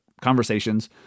conversations